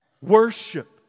Worship